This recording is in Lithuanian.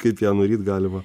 kaip ją nuryt galima